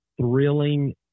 thrilling